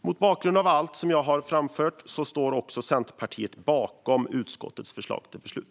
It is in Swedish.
Mot bakgrund av allt jag nu har framfört yrkar vi i Centerpartiet bifall till utskottets förslag till beslut.